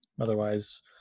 otherwise